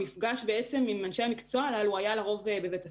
המפגש עם אנשי המקצוע האלה היה לרוב בבית הספר.